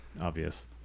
obvious